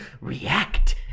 react